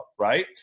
right